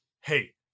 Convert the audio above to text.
hey